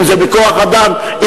אם בכוח-אדם,